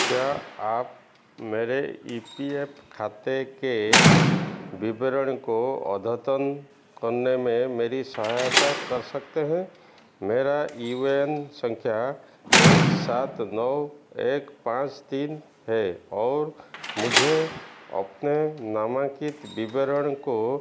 क्या आप मेरे ई पी एफ खाते के विवरण को अद्यतन करने में मेरी सहायता कर सकते हैं मेरा यू ए एन संख्या एक सात नौ पाँच तीन है और मुझे अपने नामांकित विवरण को